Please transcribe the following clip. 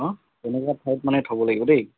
তেনেকুৱা ঠাইত মানে থ'ব লাগিব দেই